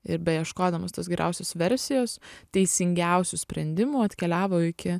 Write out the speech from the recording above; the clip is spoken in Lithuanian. ir beieškodamas tos geriausios versijos teisingiausių sprendimų atkeliavo iki